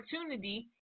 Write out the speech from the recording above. opportunity